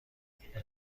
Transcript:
هیچ